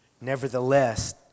Nevertheless